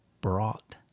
brought